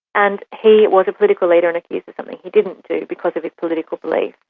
and he was a political leader and accused of something he didn't do because of his political beliefs,